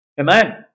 Amen